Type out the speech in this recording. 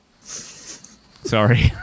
Sorry